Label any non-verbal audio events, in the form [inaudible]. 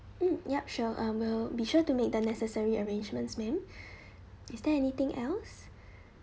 mm yup sure mm will be sure to make the necessary arrangements ma'am [breath] is there anything else